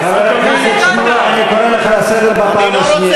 חבר הכנסת שמולי, אני קורא אותך לסדר בפעם השנייה.